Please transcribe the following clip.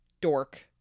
dork